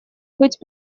быть